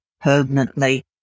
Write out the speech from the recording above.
permanently